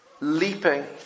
leaping